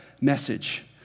message